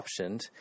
optioned